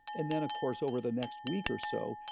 and then, of course, over the next week or so,